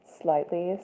slightly